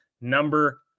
Number